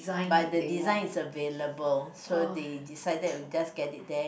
but the design is available so they decided we just get it there